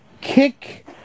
kick